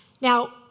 Now